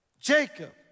Jacob